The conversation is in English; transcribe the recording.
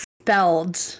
spelled